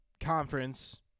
conference